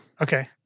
Okay